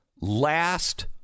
Last